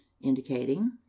indicating